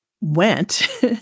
went